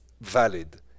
valid